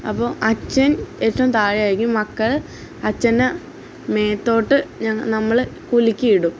അപ്പോള് അച്ഛൻ ഏറ്റവും താഴെയായിരിക്കും മക്കൾ അച്ഛൻ്റെ മേത്തോട്ട് നമ്മള് കുലുക്കി ഇടും